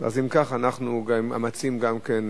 אם כך, אנחנו מציעים גם כן,